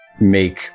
make